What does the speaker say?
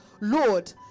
Lord